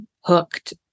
hooked